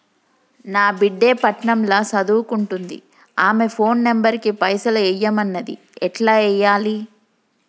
నా బిడ్డే పట్నం ల సదువుకుంటుంది ఆమె ఫోన్ నంబర్ కి పైసల్ ఎయ్యమన్నది ఎట్ల ఎయ్యాలి?